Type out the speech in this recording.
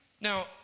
Now